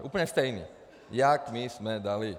Úplně stejný, jak my jsme dali.